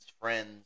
friends